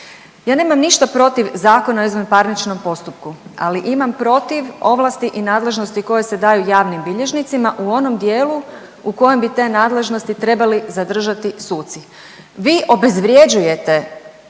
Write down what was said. Ja nemam ništa protiv Zakona o izvanparničnom postupku, ali imam protiv ovlasti i nadležnosti koje se daju javnim bilježnicima u onom dijelu u kojem bi te nadležnosti trebali zadržati suci. Vi obezvrjeđujete